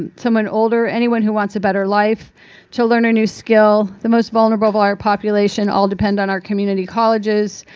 and someone older, anyone who wants a better life to learn a new skill, the most vulnerable of our population depend on our community colleges.